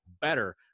better